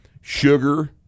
sugar